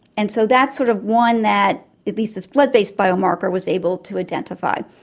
and so that's sort of one that at least this blood based biomarker was able to identify.